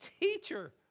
Teacher